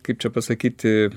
kaip čia pasakyti